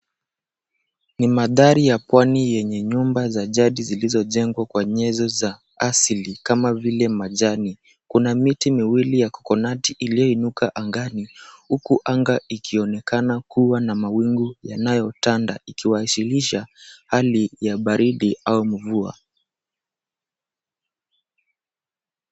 Ni mandhari ya pwani yenye nyumba za jadi zilizojengwa kwa nyezo za asili kama vile majani. Kuna miti miwili ya coconut iliyoinuka angani huku anga ikionekana kuwa na mawingu yanayotanda ikiwakilisha hali ya baridi au mvua.